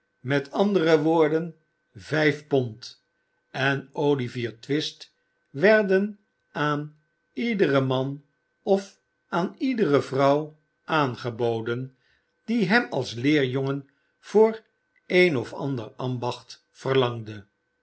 met andere woorden vijf pond en olivier twist werden aan iederen man of aan iedere vrouw aangeboden die hem als leerjongen voor een of ander ambacht verlangde